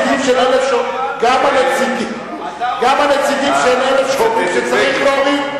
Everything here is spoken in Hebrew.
גם הנציגים של אלה שאומרים שצריך להוריד,